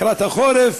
לקראת החורף,